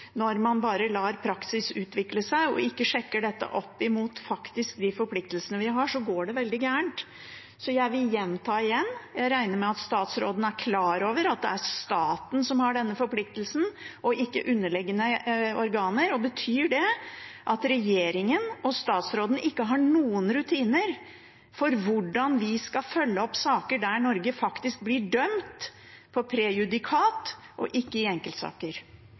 når man bare lar praksis utvikle seg og ikke sjekker det opp mot de forpliktelsene vi har, går det veldig galt. Jeg vil gjenta: Jeg regner med at statsråden er klar over at det er staten som har denne forpliktelsen, og ikke underliggende organer. Betyr det at regjeringen og statsråden ikke har noen rutiner for hvordan de skal følge opp saker der Norge blir dømt ved prejudikat og ikke i enkeltsaker?